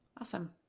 Awesome